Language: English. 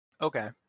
Okay